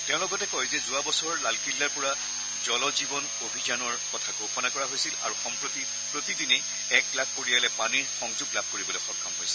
তেওঁ লগতে কয় যে যোৱা বছৰ লালকিল্লাৰ পৰা জলজীৱন অভিযানৰ কথা ঘোষণা কৰা হৈছিল আৰু সম্প্ৰতি প্ৰতিদিনে এক লাখ পৰিয়ালে পানীৰ সংযোগ লাভ কৰিবলৈ লৈছে